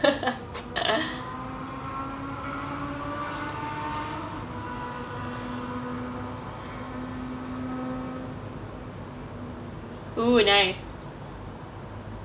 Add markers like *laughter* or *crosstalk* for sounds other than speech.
*laughs* oo nice